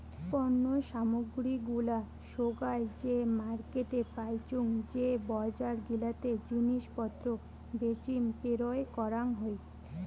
পণ্য সামগ্রী গুলা সোগায় যে মার্কেটে পাইচুঙ যে বজার গিলাতে জিনিস পত্র বেচিম পেরোয় করাং হই